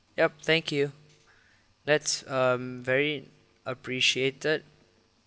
yup thank you that's um very appreciated